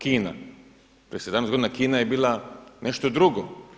Kina, prije 17 godina Kina je bila nešto drugo.